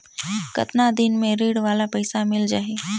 कतना दिन मे ऋण वाला पइसा मिल जाहि?